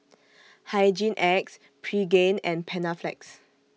Hygin X Pregain and Panaflex